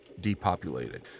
depopulated